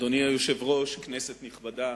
אדוני היושב-ראש, כנסת נכבדה,